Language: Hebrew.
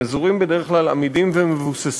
בדרך כלל אזורים אמידים ומבוססים,